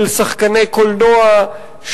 של שחקני קולנוע,